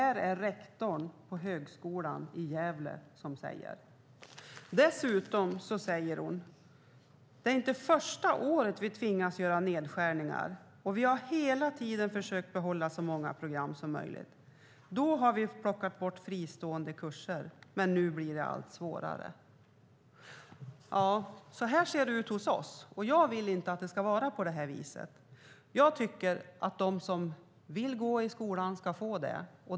Det är rektor på Högskolan i Gävle som säger detta. Dessutom säger hon: Det är inte första året vi tvingas göra nedskärningar, och vi har hela tiden försökt behålla så många program som möjligt. Då har vi plockat bort fristående kurser, men nu blir det allt svårare. Så här ser det ut hos oss, och jag vill inte att det ska vara på det här viset. Jag tycker att de som vill gå i skolan ska få det.